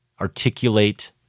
articulate